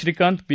Shrikant P